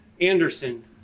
Anderson